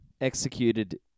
Executed